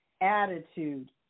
attitude